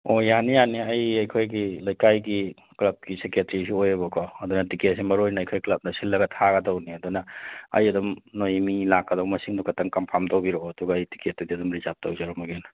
ꯑꯣ ꯌꯥꯅꯤ ꯌꯥꯅꯤ ꯑꯩ ꯑꯩꯈꯣꯏꯒꯤ ꯂꯩꯀꯥꯏꯒꯤ ꯀ꯭ꯂꯕꯀꯤ ꯁꯦꯀ꯭ꯔꯤꯇꯔꯤꯁꯨ ꯑꯣꯏꯌꯦꯕꯀꯣ ꯑꯗꯨꯅ ꯇꯤꯀꯦꯠꯁꯦ ꯃꯔꯨ ꯑꯣꯏꯅ ꯑꯩꯈꯣꯏ ꯀ꯭ꯂꯕꯅ ꯁꯤꯜꯂꯒ ꯊꯥꯒꯗꯧꯅꯤ ꯑꯗꯨꯅ ꯑꯩ ꯑꯗꯨꯝ ꯅꯈꯣꯏ ꯃꯤ ꯂꯥꯛꯗꯧꯕ ꯃꯁꯤꯡꯗꯣ ꯈꯛꯇꯪ ꯀꯟꯐꯥꯝ ꯇꯧꯕꯤꯔꯛꯑꯣ ꯑꯗꯨꯒ ꯑꯩ ꯇꯤꯀꯦꯠꯇꯨꯗꯤ ꯑꯗꯨꯝ ꯔꯤꯖꯥꯕ ꯇꯧꯖꯔꯝꯂꯒꯦ ꯑꯩꯅ